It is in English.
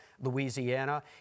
Louisiana